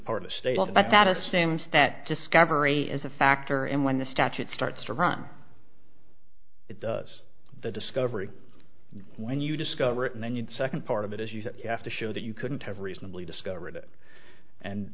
part of state but that assumes that discovery is a factor and when the statute starts to run it does the discovery when you discover it and then you'd second part of it as you said you have to show that you couldn't have reasonably discovered it and